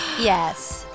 yes